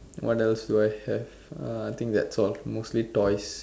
what else do I have I think that's all mostly toys